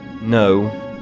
No